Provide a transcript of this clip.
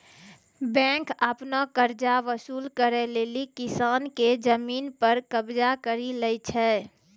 bank आपनो कर्जा वसुल करै लेली किसान के जमिन पर कबजा करि लै छै